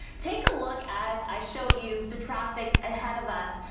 take a look as i show you the traffic ahead of us.